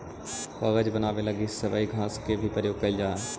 कागज बनावे लगी सबई घास के भी प्रयोग कईल जा हई